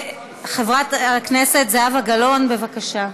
לסדר-היום היא של חברת הכנסת זהבה גלאון, בבקשה.